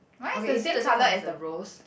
okay is it the same colour is the rose